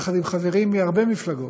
יחד עם חברים מהרבה מפלגות,